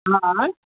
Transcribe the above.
आइ